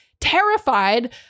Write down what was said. terrified